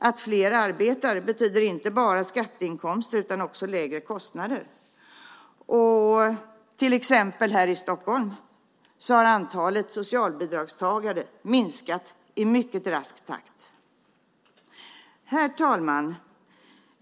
Att fler arbetar betyder inte bara skatteinkomster utan också lägre kostnader. Till exempel här i Stockholm har antalet socialbidragstagare minskat i mycket rask takt. Herr talman!